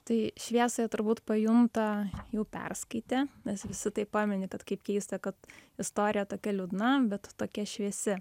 tai šviesą jie turbūt pajunta jau perskaitę nes visi tai pamini kad kaip keista kad istorija tokia liūdna bet tokia šviesi